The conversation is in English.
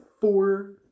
four